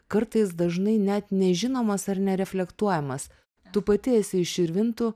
kartais dažnai net nežinomas ar nereflektuojamas tu pati esi iš širvintų